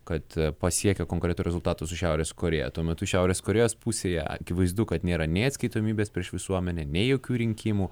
kad pasiekė konkretų rezultatų su šiaurės korėja tuo metu šiaurės korėjos pusėje akivaizdu kad nėra nei atskaitomybės prieš visuomenę nei jokių rinkimų